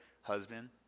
husband